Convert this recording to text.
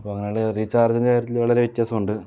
അപ്പോൾ അങ്ങനെയുള്ള റീചാർജിന്റെ കാര്യത്തില് വളരെ വ്യത്യാസമുണ്ട്